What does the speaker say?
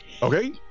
Okay